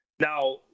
Now